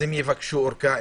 הם יבקשו ארכה.